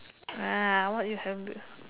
what you have